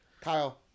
Kyle